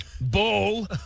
Ball